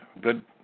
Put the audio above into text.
good